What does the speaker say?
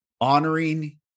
honoring